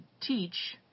teach